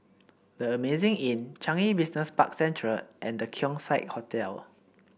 The Amazing Inn Changi Business Park Central and The Keong Saik Hotel